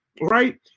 right